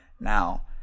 Now